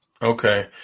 Okay